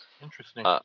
Interesting